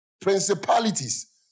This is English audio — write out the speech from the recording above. Principalities